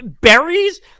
Berries